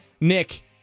Nick